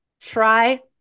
Try